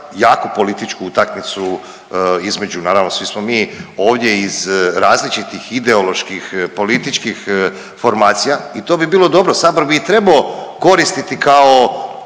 jaku političku utakmicu između naravno svi smo mi ovdje iz različitih ideoloških, političkih formacija i to bi bilo dobro, Sabor bi i trebao koristiti kao